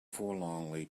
forlornly